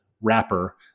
wrapper